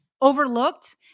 overlooked